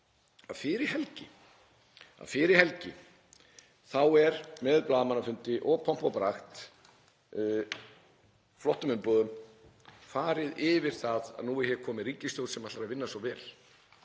að fyrir helgi þá er með blaðamannafundi, pompi og prakt og flottum umbúðum farið yfir það að nú er komin ríkisstjórn sem ætlar að vinna svo vel.